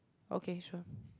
okay sure